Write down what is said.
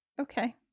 Okay